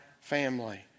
family